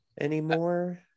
anymore